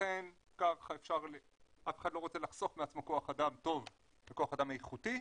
ולכן אף אחד לא רוצה לחסוך מעצמו כח אדם טוב וכח אדם איכותי,